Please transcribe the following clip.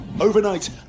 Overnight